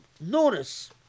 notice